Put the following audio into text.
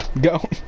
go